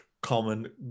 common